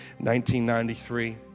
1993